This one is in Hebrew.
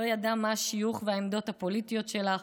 לא ידע מה השיוך והעמדות הפוליטיות שלך,